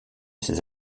ses